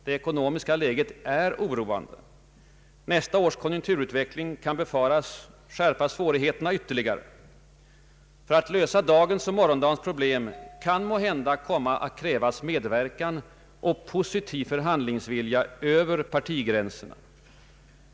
Det ekonomiska läget är oroande. Nästa års konjunkturutveckling kan befaras ytterligare skärpa svårigheterna. För att lösa dagens och morgondagens problem kan måhända komma att krävas medverkan och positiv förhandlingsvilja över partigränserna.